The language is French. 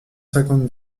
cinquante